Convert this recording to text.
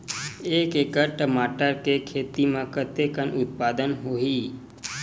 एक एकड़ टमाटर के खेती म कतेकन उत्पादन होही?